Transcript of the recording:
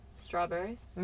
Strawberries